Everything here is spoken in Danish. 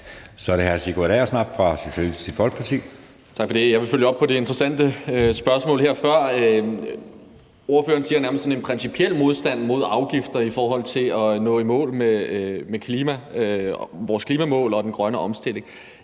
Så er det hr. Sigurd Agersnap fra Socialistisk Folkeparti. Kl. 14:06 Sigurd Agersnap (SF): Tak for det. Jeg vil følge op på det interessante spørgsmål fra før. Ordføreren udtrykker nærmest sådan en principiel modstand mod afgifter i forhold til at nå i mål med vores klimamål og den grønne omstilling.